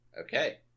Okay